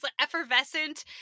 effervescent